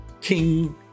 king